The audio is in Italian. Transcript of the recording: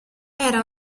era